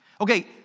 Okay